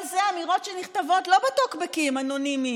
כל אלה אמירות שנכתבות לא בטוקבקים אנונימיים,